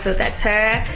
so that's her.